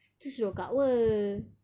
tu suruh kak wer